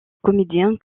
comédien